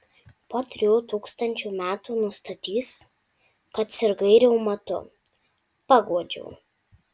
po trijų tūkstančių metų nustatys kad sirgai reumatu paguodžiau